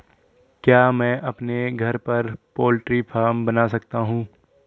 क्या मैं अपने घर पर पोल्ट्री फार्म बना सकता हूँ?